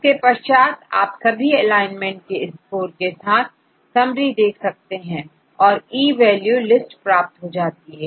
इसके पश्चात आप सभी एलाइनमेंट के स्कोर के साथ समरी देख सकते हैं और ई वैल्यू लिस्ट प्राप्त हो जाती है